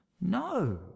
No